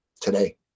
today